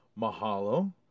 mahalo